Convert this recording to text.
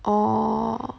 orh